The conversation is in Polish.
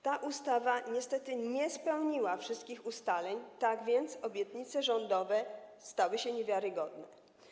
Ta ustawa niestety nie realizuje wszystkich ustaleń, tak więc obietnice rządowe stały się niewiarygodne.